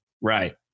Right